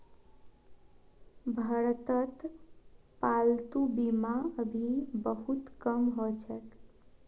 भारतत पालतू बीमा अभी बहुत कम ह छेक